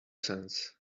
sense